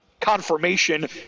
confirmation